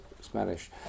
Spanish